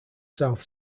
south